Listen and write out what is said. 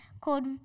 called